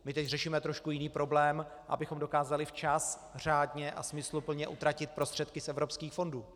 My teď řešíme trošku jiný problém, abychom dokázali včas řádně a smysluplně utratit prostředky z evropských fondů.